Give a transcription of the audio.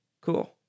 Cool